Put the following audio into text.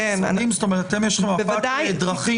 כלומר, יש לכם מפת דרכים